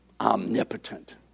Omnipotent